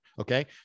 Okay